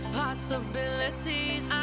possibilities